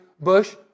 bush